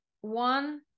one